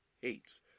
hates